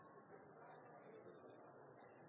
Så